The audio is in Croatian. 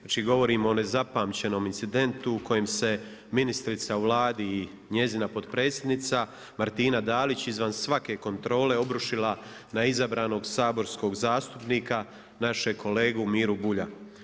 Znači govorim o nezapamćenom incidentu u kojem se ministrica u Vladi i njezina potpredsjednica Martina Dalić izvan svake kontrole obrušila na izabranog saborskog zastupnika našeg kolegu Miru Bulja.